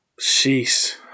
sheesh